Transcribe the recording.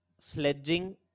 sledging